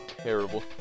terrible